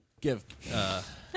Give